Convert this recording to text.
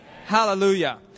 hallelujah